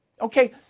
Okay